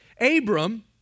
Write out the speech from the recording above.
Abram